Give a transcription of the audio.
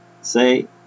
say